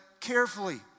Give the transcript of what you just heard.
carefully